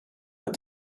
but